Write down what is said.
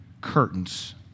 curtains